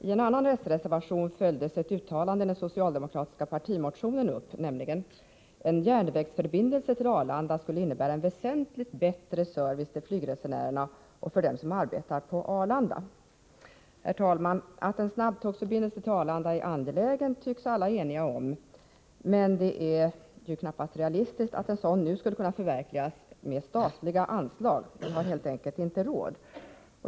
I en annan s-reservation följdes ett uttalande i den socialdemokratiska partimotionen upp. Där står följande: ”En järnvägsförbindelse till Arlanda skulle innebära en väsentligt bättre service för flygresenärerna och för dem som arbetar på Arlanda.” Herr talman! Att en snabbtågsförbindelse till Arlanda är angelägen tycks alla vara eniga om, men det är knappast realistiskt att en sådan nu skulle kunna förverkligas med statliga anslag. Vi har helt enkelt inte råd.